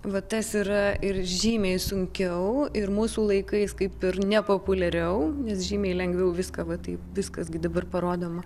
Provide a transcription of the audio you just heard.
va tas yra ir žymiai sunkiau ir mūsų laikais kaip ir nepopuliariau nes žymiai lengviau viską va taip viskas gi dabar parodoma